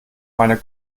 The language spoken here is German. meine